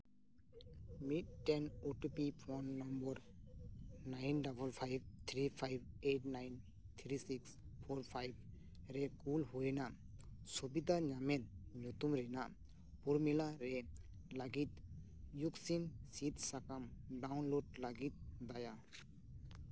ᱢᱤᱫᱴᱮᱱ OTP phone number nine double five three five eight nine three six four five ᱨᱮ call ᱦᱩᱭ ᱮᱱᱟ ᱥᱩᱵᱤᱫᱷᱟ ᱧᱟᱢᱮᱫ ᱧᱩᱛᱩᱢ ᱨᱮᱱᱟᱜ ᱩᱨᱢᱤᱞᱟᱨᱮ ᱞᱟᱹᱜᱤᱫ ᱤᱭᱩᱫᱽᱥᱤᱱ ᱥᱤᱫ ᱥᱟᱠᱟᱢ ᱰᱟᱣᱩᱱᱞᱳᱰ ᱞᱟᱹᱜᱤᱫ ᱛᱟᱭᱟ